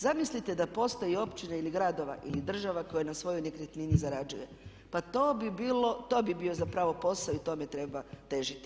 Zamislite da postoje i općina ili gradova ili država koje na svojoj nekretnini zarađuje, pa to bi bilo, to bi bio zapravo posao i tome treba težiti.